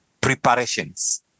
preparations